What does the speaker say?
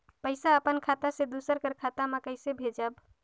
पइसा अपन खाता से दूसर कर खाता म कइसे भेजब?